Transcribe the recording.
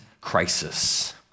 crisis